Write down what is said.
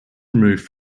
removed